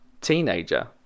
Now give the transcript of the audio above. teenager